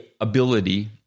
ability